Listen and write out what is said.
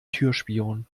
türspion